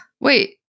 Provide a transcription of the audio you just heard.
Wait